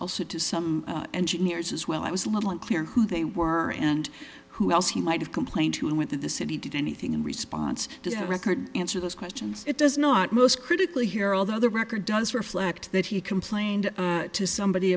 also to some engineers as well i was a little unclear who they were and who else he might have complained to who went to the city did anything in response to the record answer those questions it does not most critically here although the record does reflect that he complained to somebody